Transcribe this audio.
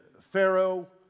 Pharaoh